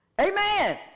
Amen